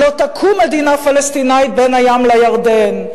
"לא תקום מדינה פלסטינית בין הים לירדן",